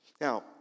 Now